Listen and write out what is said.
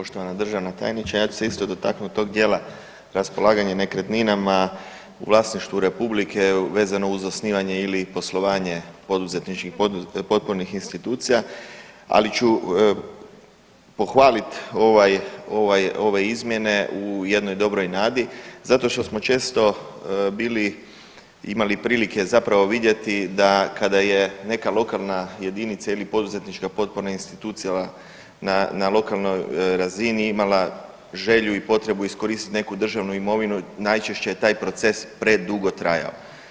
Poštovana državna tajnice ja bi se isto dotaknuo tog dijela raspolaganja nekretninama u vlasništvu republike vezano uz osnivanje ili poslovanje poduzetničkih potpornih institucija, ali pohvalit ovaj, ovaj, ove izmjene u jednoj dobroj nadi zato što smo često bili imali prilike zapravo vidjeti da kada je neka lokalna jedinica ili poduzetnička potporna institucija na lokalnoj razini imala želju i potrebu iskoristiti neku državnu imovinu najčešće je taj proces predugo trajao.